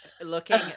Looking